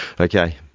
Okay